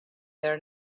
their